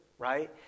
right